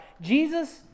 Jesus